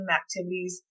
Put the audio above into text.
activities